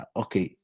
okay